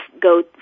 go